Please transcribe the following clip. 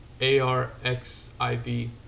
ARXIV